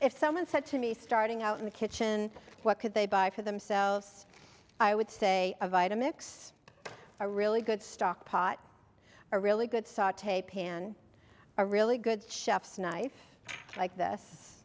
if someone said to me starting out in the kitchen what could they buy for themselves i would say of item ics a really good stock pot a really good saute pan a really good chef's knife like this